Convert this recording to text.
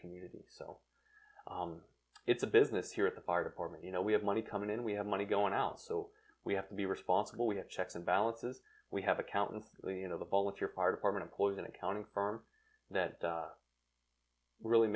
community so it's a business here at the fire department you know we have money coming in we have money going out so we have to be responsible we have checks and balances we have accountants you know the volunteer fire department employees an accounting firm that really